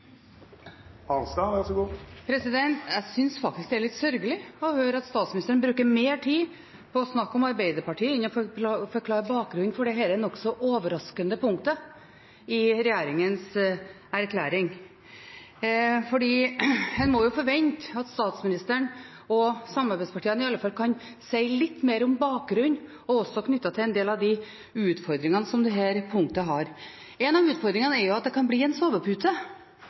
litt sørgelig å høre at statsministeren bruker mer tid på å snakke om Arbeiderpartiet enn å forklare bakgrunnen for dette nokså overraskende punktet i regjeringens erklæring. For en må jo forvente at statsministeren og samarbeidspartiene i alle fall kan si litt mer om bakgrunnen, også knyttet til en del av de utfordringene som dette punktet har. En av utfordringene er at det kan bli en sovepute,